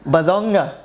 Bazonga